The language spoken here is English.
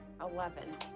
Eleven